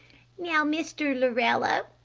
now, mr. lorello,